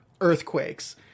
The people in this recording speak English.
earthquakes